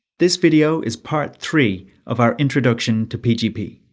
this video is part three of our introduction to pgp.